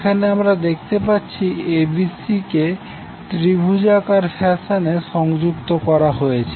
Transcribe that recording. এখানে আমরা দেখতে পাচ্ছি abc কে ত্রিভুজাকার ফ্যাশনে সংযুক্ত করা হয়েছে